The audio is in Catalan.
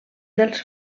dels